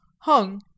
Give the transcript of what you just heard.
hung